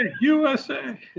USA